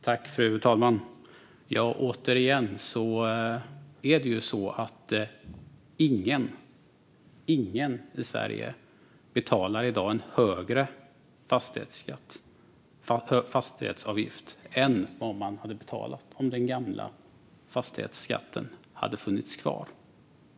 Fru talman! Återigen är det så att ingen i Sverige betalar en högre fastighetsavgift i dag än vad man hade betalat om den gamla fastighetsskatten hade funnits kvar.